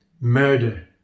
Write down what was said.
murder